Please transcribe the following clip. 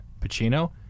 Pacino